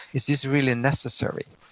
is this really necessary?